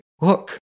look